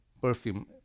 perfume